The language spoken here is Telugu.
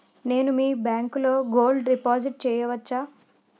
నేను మీ బ్యాంకులో గోల్డ్ డిపాజిట్ చేయవచ్చా?